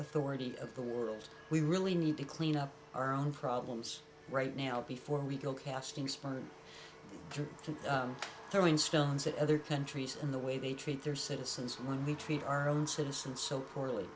authority of the world that we really need to clean up our own problems right now before we go casting spun and throwing stones at other countries in the way they treat their citizens when we treat our own citizens so poorly